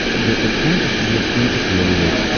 the the point is to be an integrated,